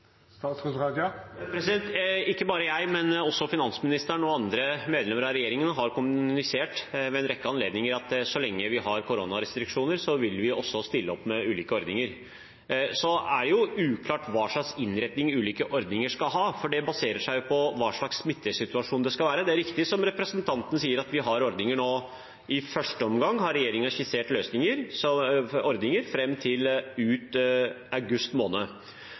Ikke bare jeg, men også finansministeren og andre medlemmer av regjeringen har ved en rekke anledninger kommunisert at så lenge vi har koronarestriksjoner, vil vi også stille opp med ulike ordninger. Så er det uklart hva slags innretning ulike ordninger skal ha, for det baserer seg på smittesituasjonen. Det er riktig, som representanten sier, at vi har ordninger nå. I første omgang har regjeringen skissert ordninger fram til ut august måned.